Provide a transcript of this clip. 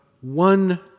one